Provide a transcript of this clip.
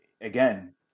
Again